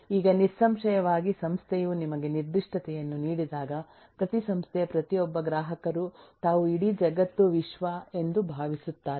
ಈಗ ನಿಸ್ಸಂಶಯವಾಗಿ ಸಂಸ್ಥೆಯು ನಿಮಗೆ ನಿರ್ದಿಷ್ಟತೆಯನ್ನು ನೀಡಿದಾಗ ಪ್ರತಿ ಸಂಸ್ಥೆ ಪ್ರತಿಯೊಬ್ಬ ಗ್ರಾಹಕರು ತಾವು ಇಡೀ ಜಗತ್ತು ವಿಶ್ವ ಎಂದು ಭಾವಿಸುತ್ತಾರೆ